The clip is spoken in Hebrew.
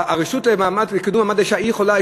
הרשות לקידום מעמד האישה, היא יכולה?